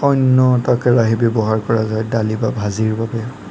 অন্য এটা কেৰাহী ব্যৱহাৰ কৰা যায় দালি বা ভাজিৰ বাবে